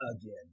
again